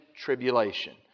tribulation